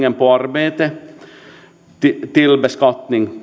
av arbete till beskattning